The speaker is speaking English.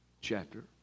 chapter